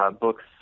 books